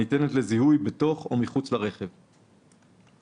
הניתנת לזיהוי בתוך או מחוץ לרכב; (ד)